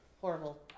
horrible